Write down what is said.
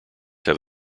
have